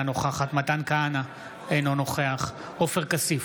אינה נוכחת מתן כהנא, אינו נוכח עופר כסיף,